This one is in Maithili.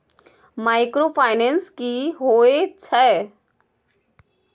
माइक्रोफाइनेंस की होय छै?